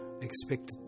expected